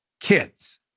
Kids